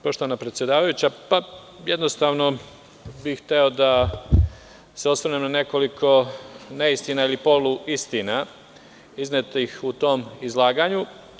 Poštovana predsedavajuća, jednostavno bih hteo da se osvrnem na nekoliko neistina ili poluistina iznetih u tom izlaganju.